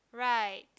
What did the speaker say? right